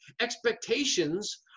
expectations